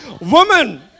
Woman